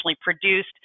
produced